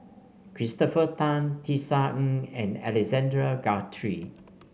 Christopher Tan Tisa Ng and Alexander Guthrie